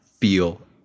feel